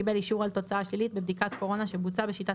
הוא קיבל אישור על תוצאה שלילית בבדיקת קורונה שבוצעה בשיטת